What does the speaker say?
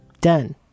Done